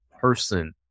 person